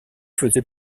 faisait